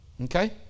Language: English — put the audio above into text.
Okay